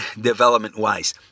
development-wise